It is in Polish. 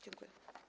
Dziękuję.